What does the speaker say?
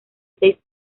seis